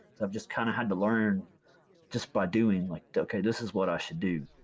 i've just kinda had to learn just by doing, like okay, this is what i should do.